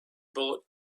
bullet